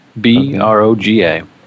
B-R-O-G-A